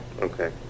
okay